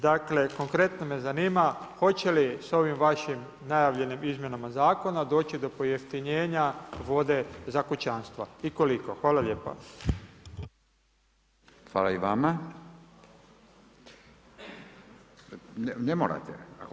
Dakle konkretno me zanima, hoće li s ovim vašim najavljenim izmjenama zakona doći do pojeftinjenja vode za kućanstva i koliko.